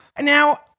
now